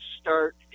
start